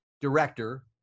director